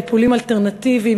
טיפולים אלטרנטיביים,